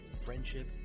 friendship